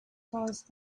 caused